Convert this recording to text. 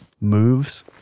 moves